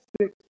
six